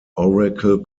oracle